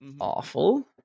awful